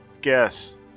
guess